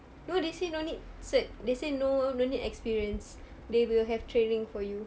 no they say no need cert they say no no need experience they will have training for you